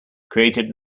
created